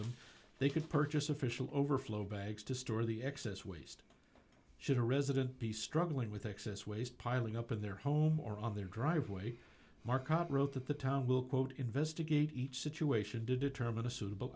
them they could purchase official overflow bags to store the excess waste should a resident be struggling with excess waste piling up in their home or on their driveway marcotte wrote that the town will quote investigate each situation to determine a suitable